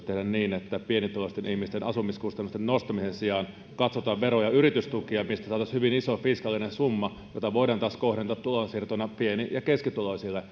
niin että pienituloisten ihmisten asumiskustannusten nostamisen sijaan katsotaan vero ja yritystukia mistä saataisiin hyvin iso fiskaalinen summa jota voidaan taas kohdentaa tulonsiirtoina pieni ja keskituloisille